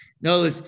no